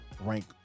rank